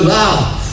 love